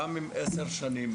גם עם עברו עשר שנים,